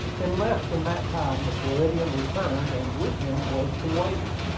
in less than that time the floridian returned, and with him was the waiter.